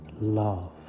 love